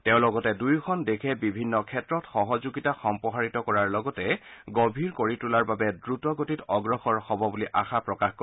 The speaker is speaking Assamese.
তেওঁ লগতে দুয়োখন দেশে বিভিন্ন ক্ষেত্ৰত সহযোগিতা সম্প্ৰসাৰিত কৰাৰ লগতে গভীৰ কৰি তোলাৰ বাবে দ্ৰুত গতিত অগ্ৰসৰ হ'ব বুলি আশা প্ৰকাশ কৰে